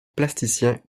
plasticien